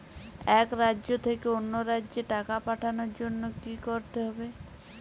এক রাজ্য থেকে অন্য রাজ্যে টাকা পাঠানোর জন্য কী করতে হবে?